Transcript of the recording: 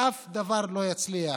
שום דבר לא יצליח,